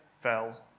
fell